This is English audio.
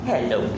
Hello